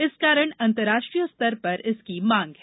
इस कारण अंतर्राष्ट्रीय स्तर पर इसकी माँग है